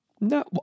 No